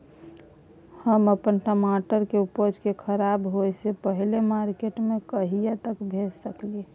हम अपन टमाटर के उपज के खराब होय से पहिले मार्केट में कहिया तक भेज सकलिए?